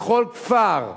בכל כפר,